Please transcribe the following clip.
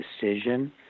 decision